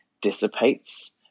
dissipates